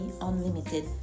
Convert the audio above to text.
unlimited